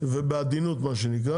ובעדינות מה שנקרא.